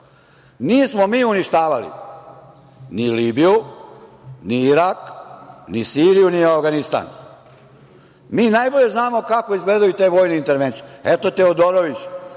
Nismo mi uništavali ni Libiju, ni Irak, ni Siriju, ni Avganistan. Mi najbolje znamo kako izgledaju te vojne intervencije. Eto, Teodorović,